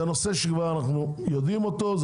זה דיון שאנחנו יודעים לגביו; הוא